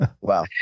wow